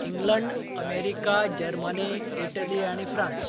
England America Germany Italy आनी France